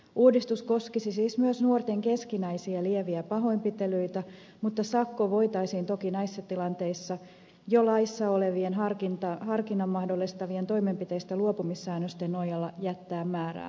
uudistus koskisi siis myös nuorten keskinäisiä lieviä pahoinpitelyitä mutta sakko voitaisiin toki näissä tilanteissa laissa jo olevien harkinnan mahdollistavien toimenpiteistä luopumissäännösten nojalla jättää määräämättä